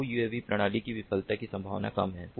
बहु यूएवी प्रणाली में विफलता की संभावना कम है